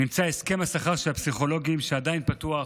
נמצא הסכם השכר של הפסיכולוגים, שעדיין פתוח.